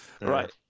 right